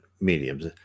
mediums